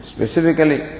Specifically